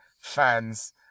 fans